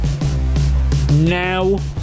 Now